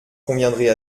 conviendrez